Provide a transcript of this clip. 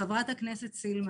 חברת הכנסת סילמן,